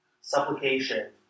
Supplication